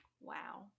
Wow